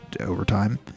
overtime